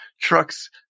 trucks